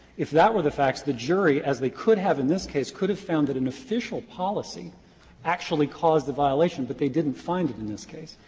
if that were the facts the jury, as they could have in this case, could have found that an official policy actually caused the violation. but they didn't find it in this case.